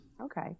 okay